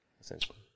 essentially